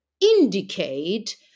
indicate